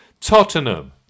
Tottenham